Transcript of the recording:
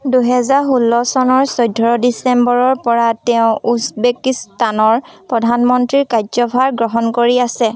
দুই হেজাৰ ষোল্ল চনৰ চৈধ্য ডিচেম্বৰৰ পৰা তেওঁ উজবেকিস্তানৰ প্ৰধানমন্ত্ৰীৰ কাৰ্যভাৰ গ্ৰহণ কৰি আছে